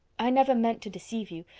i never meant to deceive you,